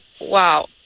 wow